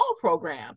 program